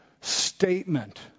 statement